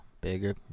Bigger